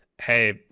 hey